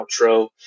outro